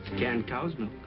canned cow's milk.